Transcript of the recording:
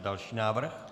Další návrh.